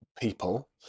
people